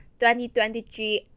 2023